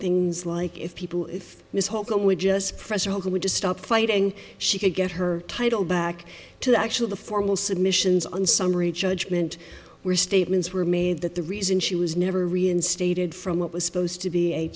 things like if people if this whole goal were just friends are all going to stop fighting she could get her title back to the actual the formal submissions on summary judgment were statements were made that the reason she was never reinstated from what was supposed to be a